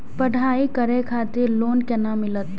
पढ़ाई करे खातिर लोन केना मिलत?